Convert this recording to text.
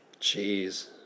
Jeez